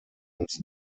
ins